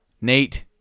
Nate